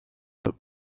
that